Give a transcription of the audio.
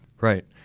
Right